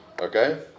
Okay